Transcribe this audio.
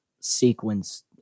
sequence